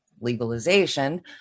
legalization